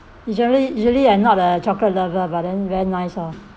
usually usually I am not a chocolate lover but then very nice lor